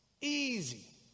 Easy